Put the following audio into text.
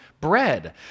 bread